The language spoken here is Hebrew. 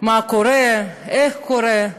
מה קורה, איך קורה,